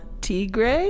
tigre